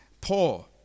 poor